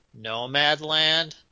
Nomadland